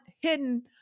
hidden